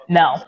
no